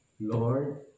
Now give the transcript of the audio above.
Lord